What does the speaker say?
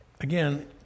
again